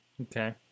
Okay